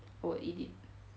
will eat it